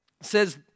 says